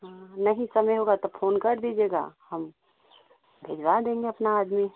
हाँ नहीं समय होगा तो फ़ोन कर दीजिएगा हम भिजवा देंगे अपना आदमी